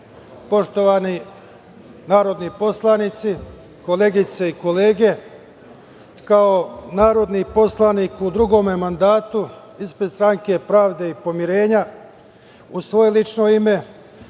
poštovani narodni poslanici, koleginice i kolege, kao narodni poslanik u drugom mandatu ispred Stranke pravde i pomirenja, u svoje lično ime,